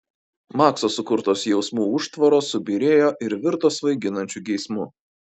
makso sukurtos jausmų užtvaros subyrėjo ir virto svaiginančiu geismu